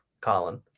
colin